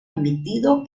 emitido